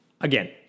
Again